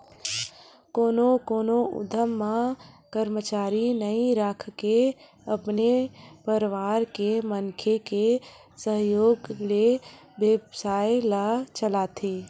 कोनो कोनो उद्यम म करमचारी नइ राखके अपने परवार के मनखे के सहयोग ले बेवसाय ल चलाथे